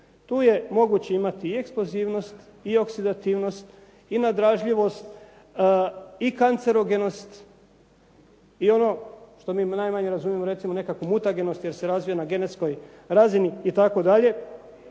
Tu je moguće imati i eksplozivnost i oksidativnost i nadražljivost i kancerogenost i ono što mi najmanje razumijemo recimo nekakvu mutagenost jer se razvija na genetskoj razini itd..